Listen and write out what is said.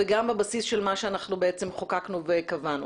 וגם בבסיס של מה שאנחנו חוקקנו וקבענו.